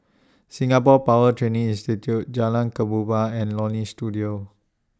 Singapore Power Training Institute Jalan Kemboja and Leonie Studio